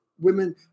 women